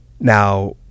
Now